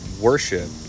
worship